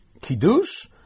Kiddush